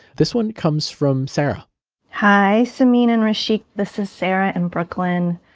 this one comes from sarah hi samin and hrishi. this is sarah in brooklyn.